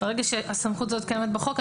ברגע שהסמכות הזאת קיימת בחוק,